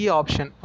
option